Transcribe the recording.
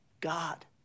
God